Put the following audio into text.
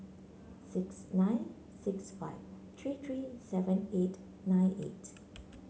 six nine six five three three seven eight nine eight